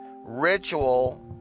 ritual